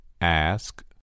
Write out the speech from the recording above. Ask